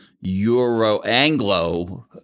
Euro-Anglo